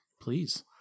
Please